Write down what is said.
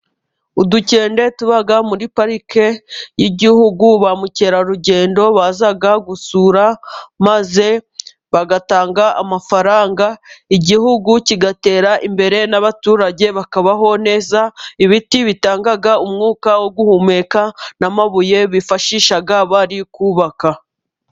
Udukende tuba muri parike y'Igihugu ba mukerarugendo baza gusura, maze bagatanga amafaranga igihugu kigatera imbere, n'abaturage bakabaho neza. Ibiti bitanga umwuka wo guhumeka n'amabuye bifashisha bari kubaka.